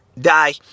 die